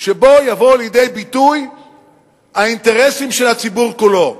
שבו יבואו לידי ביטוי האינטרסים של הציבור כולו.